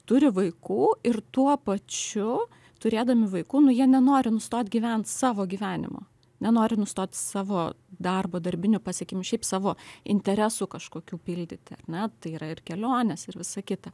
turi vaikų ir tuo pačiu turėdami vaikų nu jie nenori nustot gyvent savo gyvenimo nenori nustot savo darbo darbinių pasiekimų šiaip savo interesų kažkokių pildyti ar ne tai yra ir kelionės ir visa kita